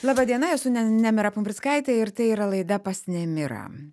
laba diena esu ne nemira pumprickaitė ir tai yra laida pas nemirą